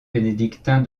bénédictin